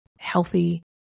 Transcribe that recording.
healthy